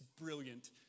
brilliant